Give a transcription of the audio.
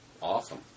Awesome